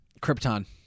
Krypton